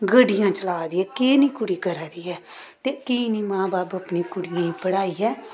गड्डियां चलाऽ दी ऐ केह् नेईं कुड़ी करा दी ऐ ते की नेईं मां बब्ब अपनी कुड़ियें गी पढ़ाइयै